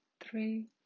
three